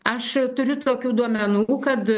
aš turiu tokių duomenų kad